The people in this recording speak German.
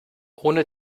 ohne